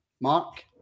Mark